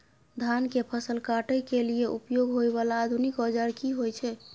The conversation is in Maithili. धान के फसल काटय के लिए उपयोग होय वाला आधुनिक औजार की होय छै?